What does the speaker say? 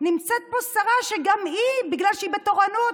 נמצאת פה שרה, וגם היא פה בגלל שהיא בתורנות,